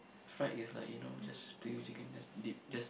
fried is like you know just take the chicken just dip just